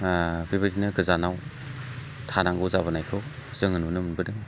बेबादिनो गोजानाव थानांगौ जाबोनायखौ जोङो नुनो मोनबोदों